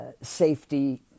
safety